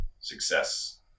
success